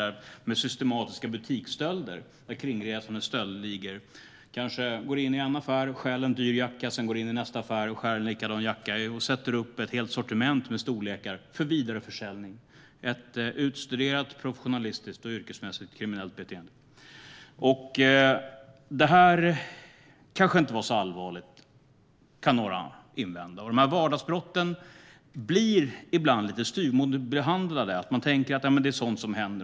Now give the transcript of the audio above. Det handlade om systematiska butiksstölder där kringresande stöldligor kanske går in i en affär och stjäl en dyr jacka, sedan går in i nästa affär och stjäl en likadan jacka för att sätta upp ett helt sortiment med storlekar för vidareförsäljning - ett utstuderat, professionellt och yrkesmässigt kriminellt beteende. Det här kanske inte är så allvarligt, kan några invända. De här vardagsbrotten blir ibland lite styvmoderligt behandlade. Man tänker att det är sådant som händer.